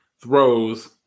throws